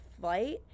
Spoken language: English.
flight